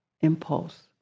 impulse